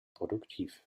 produktiv